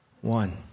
One